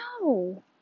No